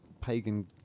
pagan